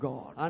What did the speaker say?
God